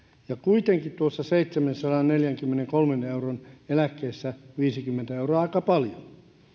ja kuitenkin tuossa seitsemänsadanneljänkymmenenkolmen euron eläkkeessä viisikymmentä euroa on aika paljon